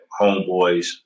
homeboys